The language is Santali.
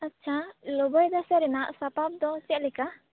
ᱟᱪᱷᱟ ᱞᱚᱵᱚᱭ ᱫᱟᱸᱥᱟᱭ ᱨᱮᱱᱟᱜ ᱥᱟᱯᱟᱵ ᱫᱚ ᱪᱮᱫ ᱞᱮᱠᱟ